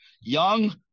young